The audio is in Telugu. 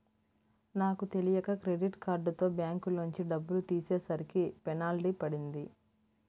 నాకు తెలియక క్రెడిట్ కార్డుతో బ్యాంకులోంచి డబ్బులు తీసేసరికి పెనాల్టీ పడింది